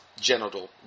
genital